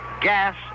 gas